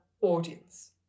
audience